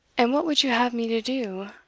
and what would you have me to do,